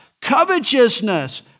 covetousness